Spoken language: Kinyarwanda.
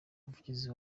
umuvugizi